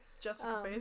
Jessica